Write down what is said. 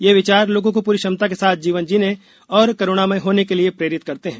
ये विचार लोगों को पूरी क्षमता के साथ जीवन जीने और करूणामय होने के लिए प्रेरित करते हैं